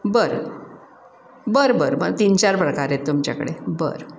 बरं बरं बरं बरं तीन चार प्रकार आहेत तुमच्याकडे बरं